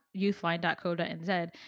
youthline.co.nz